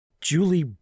Julie